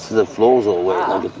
the floor's all wet,